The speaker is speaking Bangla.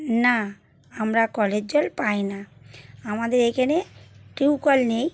না আমরা কলের জল পাই না আমাদের এখেনে টিউবওয়েল নেই